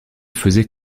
faisait